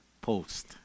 post